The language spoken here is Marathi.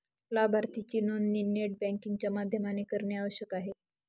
लाभार्थीची नोंदणी नेट बँकिंग च्या माध्यमाने करणे आवश्यक आहे